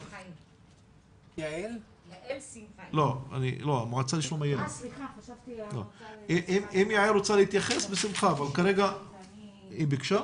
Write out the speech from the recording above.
בבקשה.